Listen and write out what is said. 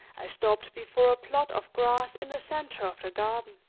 i stopped before a plot of grass in the center of the garden